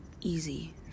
easy